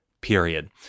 period